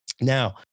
Now